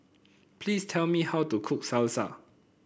please tell me how to cook Salsa